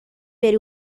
بری